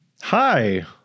Hi